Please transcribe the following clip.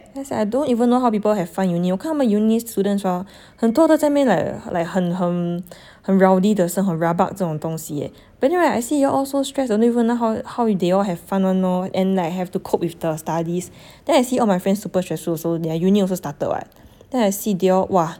yeah sia don't even know how people have fun in uni 看他们 uni students ah 很多都在那边 like 很很很 rowdy 的很 rabak 这样东西 leh but then hor I see you all I don't even know how how they all have fun [one] lor and like have to cope with the studies then I see my friends all super stressful also their uni also started [what] then I see they all !wah!